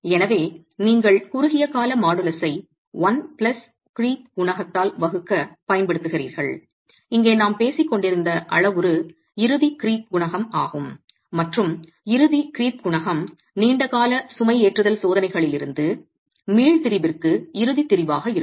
எனவே நீங்கள் குறுகிய கால மாடுலஸை 1 பிளஸ் க்ரீப் குணகத்தால் வகுக்கப் பயன்படுத்துகிறீர்கள் இங்கே நாம் பேசிக் கொண்டிருந்த அளவுரு இறுதி க்ரீப் குணகம் மற்றும் இறுதி க்ரீப் குணகம் நீண்ட கால சுமைஏற்றுதல் சோதனைகளில் இருந்து மீள் திரிபிற்கு இறுதி திரிபாக இருக்கும்